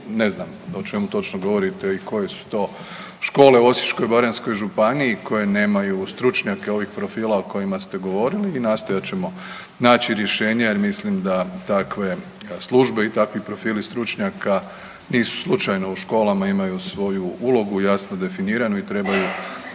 ne znam o čemu točno govorite i koje su to škole u Osječko-baranjskoj županiji koje nemaju stručnjake ovih profila o kojima ste govorili i nastojat ćemo naći rješenje jer mislim da takve službe i takvi profili stručnjaka nisu slučajno u školama i imaju svoju ulogu jasno definiranu i trebaju